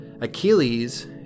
Achilles